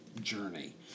journey